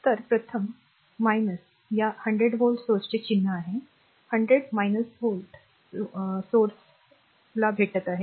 तर प्रथम या 100 व्होल्टेज स्त्रोताचे चिन्ह 100 व्होल्ट व्होल्टेज स्त्रोतास भेटत आहे